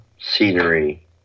scenery